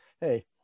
hey